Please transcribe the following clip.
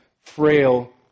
frail